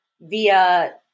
via